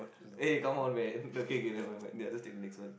eh come on man okay okay never mind ya just take the next one